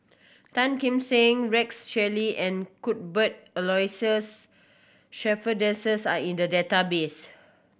Tan Kim Seng Rex Shelley and Cuthbert Aloysius Shepherdson are in the database